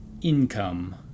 income